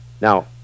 Now